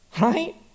right